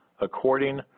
according